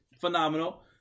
phenomenal